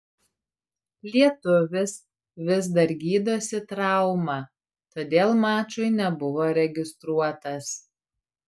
lietuvis vis dar gydosi traumą todėl mačui nebuvo registruotas